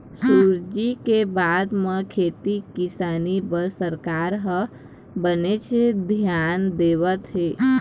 सुराजी के बाद म खेती किसानी बर सरकार ह बनेच धियान देवत हे